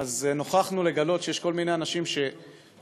נוכחנו לגלות שיש כל מיני אנשים שיושבים